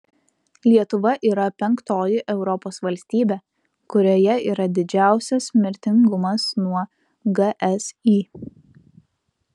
lietuva yra penktoji europos valstybė kurioje yra didžiausias mirtingumas nuo gsi